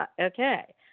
okay